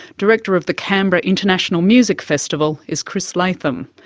director of the canberra international music festival is chris latham.